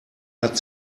hat